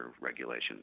regulations